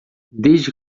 desde